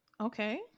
Okay